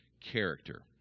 Character